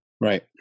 Right